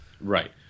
Right